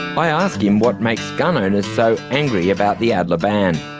i ask him what makes gun owners so angry about the adler ban.